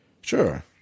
Sure